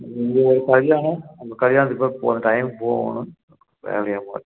இங்கே ஒரு கல்யாணம் அந்த கல்யாணத்துக்காக போகறேன் டைமுக்கு போவணும் வேலையாங்க